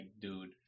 dude